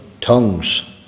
tongues